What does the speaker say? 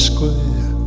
Square